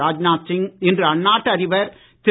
ராஜ்நாத் சிங் இன்று அந்நாட்டு அதிபர் திரு